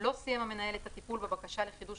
לא סיים המנהל את הטיפול בבקשה לחידוש